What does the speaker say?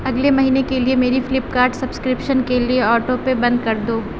اگلے مہینے کے لیے میری فلپ کارٹ سبسکرپشن کے لیے آٹو پے بند کر دو